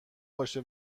باشه